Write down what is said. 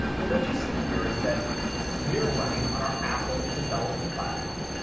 and what you see here is that we are running on our apple development platform.